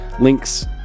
links